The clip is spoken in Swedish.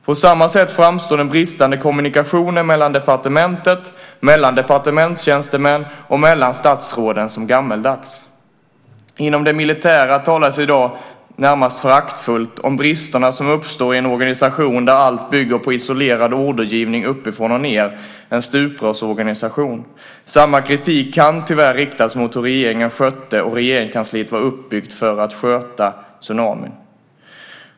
På samma sätt framstår den bristande kommunikationen mellan departementen, mellan departementstjänstemän och mellan statsråden som gammaldags. Inom det militära talas i dag närmast föraktfullt om de brister som uppstår i en organisation där allt bygger på isolerad ordergivning uppifrån och ned, en stuprörsorganisation. Samma kritik kan tyvärr riktas mot hur regeringen skötte, och Regeringskansliet var uppbyggt för att sköta, tsunamin.